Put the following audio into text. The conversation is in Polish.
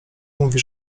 mówi